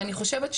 ואני חושבת,